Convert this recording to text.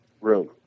room